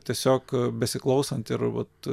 tiesiog besiklausant ir vat